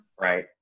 Right